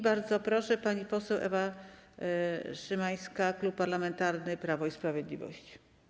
Bardzo proszę, pani poseł Ewa Szymańska, Klub Parlamentarny Prawo i Sprawiedliwość.